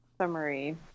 summary